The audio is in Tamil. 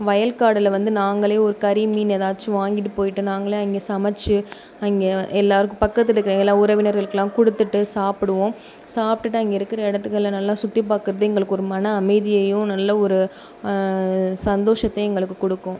வயல்காடில் வந்து நாங்களே ஒரு கறி மீன் ஏதாச்சும் வாங்கிட்டு போயிட்டு நாங்களே அங்கே சமைச்சு அங்கே எல்லோருக்கும் பக்கத்தில் இருக்க எல்லா உறவினர்களுக்கெல்லாம் கொடுத்துட்டு சாப்பிடுவோம் சாப்பிடுட்டு அங்கே இருக்கிற இடத்துக்கெல்லாம் நல்லா சுற்றிப் பார்க்கறது எங்களுக்கு ஒரு மன அமைதியையும் நல்ல ஒரு சந்தோஷத்தையும் எங்களுக்கு கொடுக்கும்